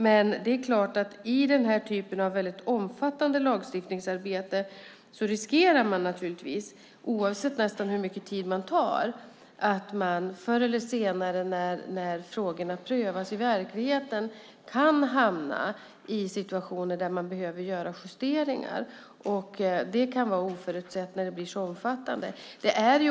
Men det är klart att man i den här typen av väldigt omfattande lagstiftningsarbete riskerar, nästan oavsett hur mycket tid man avsätter för det, förr eller senare när frågorna prövas i verkligheten riskerar att hamna i situationer där justeringar behöver göras. Det kan vara oförutsett när det blir mycket omfattande.